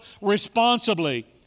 responsibly